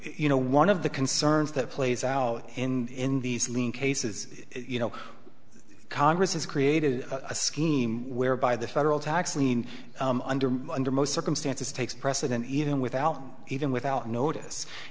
you know one of the concerns that plays out in these lean cases you know congress has created a scheme whereby the federal tax lien under under most circumstances takes precedent even without even without notice